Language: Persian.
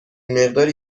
مقداری